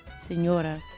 Señora